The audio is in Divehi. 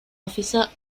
އޮފިސަރ